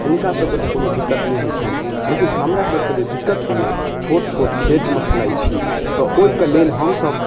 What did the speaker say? हुनकासभके तऽ कोनो दिक्कत नहि होइ छनि लेकिन हमरासभके जे दिक्कत होइए छोट छोट खेतमे खेलाइ छी तऽ ओहिके लेल हमसभ